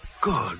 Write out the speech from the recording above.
Good